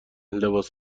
لباس